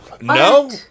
No